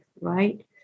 right